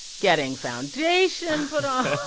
getting foundation put on